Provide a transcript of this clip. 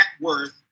worth